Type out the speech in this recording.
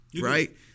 Right